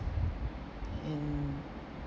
and